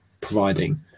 providing